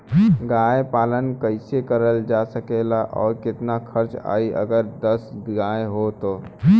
गाय पालन कइसे करल जा सकेला और कितना खर्च आई अगर दस गाय हो त?